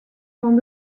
fan